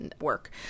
work